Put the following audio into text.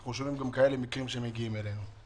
אנחנו שומעים גם כאלה מקרים שמגיעים אלינו.